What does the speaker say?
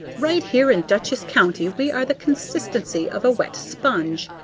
right here in dutchess county we are the consistency of a wet sponge.